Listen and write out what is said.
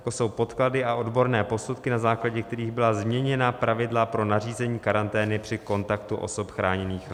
To jsou podklady a odborné posudky, na základě kterých byla změněna pravidla pro nařízení karantény při kontaktu osob chráněných rouškami.